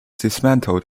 dismantled